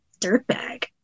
dirtbag